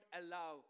allow